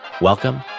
Welcome